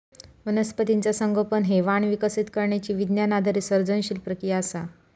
वनस्पतीचा संगोपन हे वाण विकसित करण्यची विज्ञान आधारित सर्जनशील प्रक्रिया असा